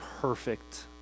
perfect